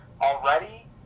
Already